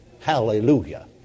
Hallelujah